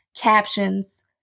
captions